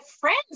friends